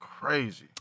Crazy